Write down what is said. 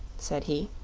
said he.